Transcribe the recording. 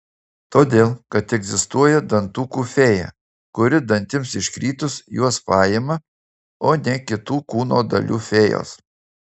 todėl kad egzistuoja dantukų fėja kuri dantims iškritus juos paima o ne kitų kūno dalių fėjos